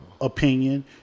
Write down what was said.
opinion